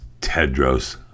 Tedros